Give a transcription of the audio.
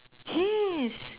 yes